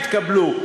התקבלו.